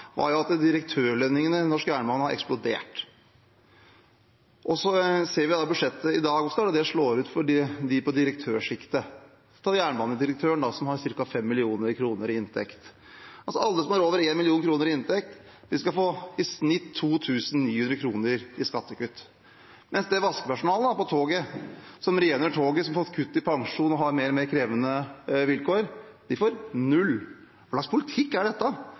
var at direktørlønningene i norsk jernbane har eksplodert. Så ser vi da dette budsjettet i dag: Hvordan slår det ut for dem i direktørsjiktet? Ta jernbanedirektøren, som har ca. 5 mill. kr i inntekt. Alle som har over 1 mill. kr i inntekt, skal få i snitt 2 900 kr i skattekutt, mens vaskepersonalet på toget, som rengjør toget, og som har fått kutt i pensjonen og har mer og mer krevende vilkår, får null. Hva slags politikk er dette,